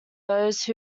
those